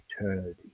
eternity